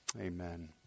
Amen